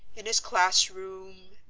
in his classroom,